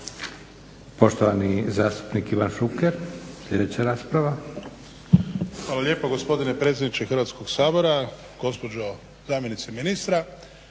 Poštovani zastupnik Ivan Šuker, sljedeća rasprava. **Šuker, Ivan (HDZ)** Hvala lijepo gospodine predsjedniče Hrvatskog sabora, gospođo zamjenice ministra.